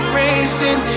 racing